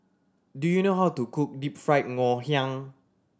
do you know how to cook deep fry Ngoh Hiang